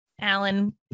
Alan